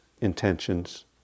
intentions